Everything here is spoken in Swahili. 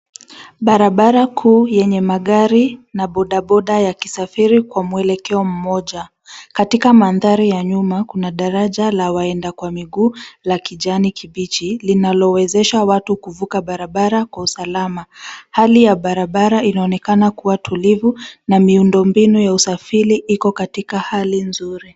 Barabara kuu yenye magari na bodaboda yakisafiri kwa mwelekeo mmoja. Katika mandhari ya nyuma kuna daraja la waenda kwa miguu la kijani kibichi linalowezesha watu kuvuka barabara kwa usalama. Hali ya barabara inaonekana kuwa tulivu na miundo mbinu ya usafiri iko katika hali nzuri.